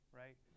right